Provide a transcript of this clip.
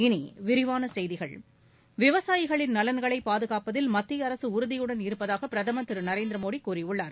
இனிவிரிவானசெய்திகள் விவசாயிகளின் நலன்களைபாகாப்பதில் மத்தியஅரசுஉறுதியுடன் இருப்பதாகபிரதமர் திருநரேந்திரமோடிகூறியுள்ளார்